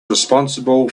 responsible